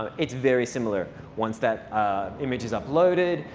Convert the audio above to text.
it's very similar. once that image is uploaded,